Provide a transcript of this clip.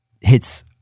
hits